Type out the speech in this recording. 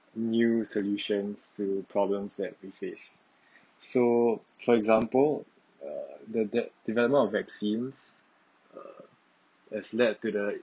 new solutions to problems that we face so for example uh the development of vaccines uh has led to the